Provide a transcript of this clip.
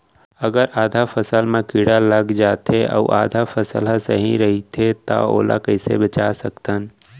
अगर आधा फसल म कीड़ा लग जाथे अऊ आधा फसल ह सही रइथे त ओला कइसे बचा सकथन?